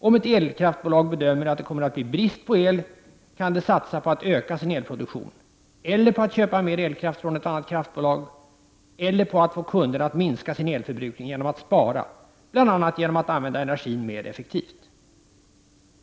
Om ett elkraftbolag bedömer att det kommer att bli brist på el kan det satsa på att öka sin elproduktion, på att köpa mer elkraft från ett annat kraftbolag eller på att få kunderna att minska sin elförbrukning genom att spara, bl.a. genom att använda energin mer effektivt.